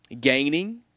Gaining